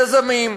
יזמים.